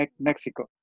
Mexico